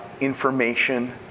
information